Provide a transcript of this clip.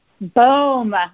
Boom